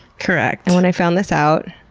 correct. and when i found this out,